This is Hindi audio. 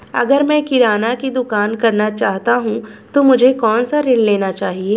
अगर मैं किराना की दुकान करना चाहता हूं तो मुझे कौनसा ऋण लेना चाहिए?